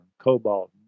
cobalt